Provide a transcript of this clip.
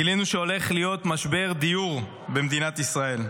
גילינו שהולך להיות משבר דיור במדינת ישראל,